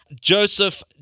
Joseph